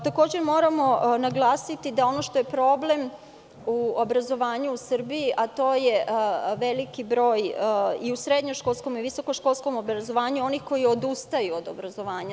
Takođe, moramo naglasiti da ono što je problem u obrazovanju u Srbiji, a to je veliki broj, u srednje školskom i visoko školskom obrazovanju, onih koji odustaju od obrazovanja.